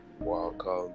welcome